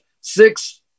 six